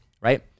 right